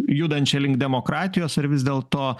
judančia link demokratijos ar vis dėlto